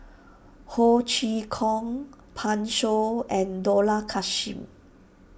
Ho Chee Kong Pan Shou and Dollah Kassim